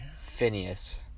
Phineas